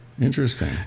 Interesting